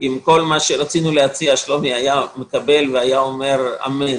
אם שלומי היה מקבל את כל מה שרצינו להצביע והיה אומר אמן,